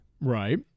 Right